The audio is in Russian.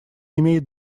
имеет